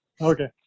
Okay